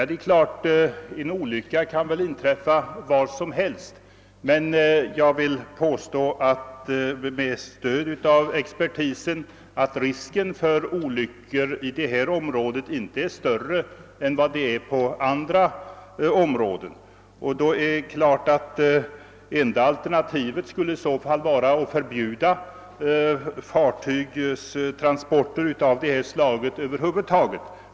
Det är klart att en olycka kan inträffa var som helst, men med stöd av expertisen vill jag påstå att risken för olyckor i detta område inte är större än vad den är i andra. Enda alternativet skulle i så fall vara att förbjuda fartygstransporter av detta slag över huvud taget.